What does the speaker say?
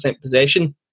possession